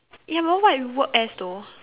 ya but what you work as though